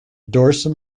dorsum